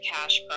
cash